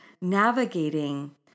navigating